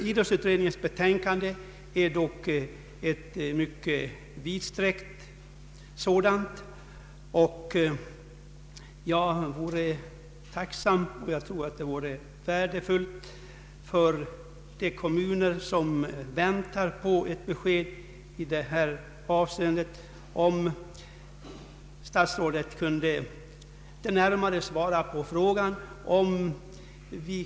Idrottsutredningens betänkande är dock mycket vittomfattande. Jag vore tacksam om statsrådet närmare kunde svara på frågan, huruvida vi kan räkna med att statsbidrag kommer att lämnas för simanläggningar.